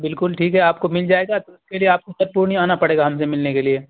بالکل ٹھیک ہے آپ کو مل جائے گا اس کے لیے آپ کو سر پورنیہ آنا پڑے گا ہم سے ملنے کے لیے